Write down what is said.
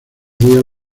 días